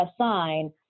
assign